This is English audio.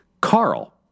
Carl